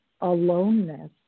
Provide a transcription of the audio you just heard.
aloneness